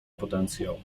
potencjał